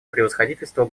превосходительству